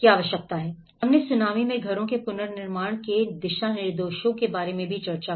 और फिर हमने सुनामी में घरों के पुनर्निर्माण के दिशानिर्देशों के बारे में चर्चा की